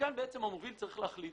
מכאן המוביל צריך להחליט